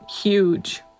huge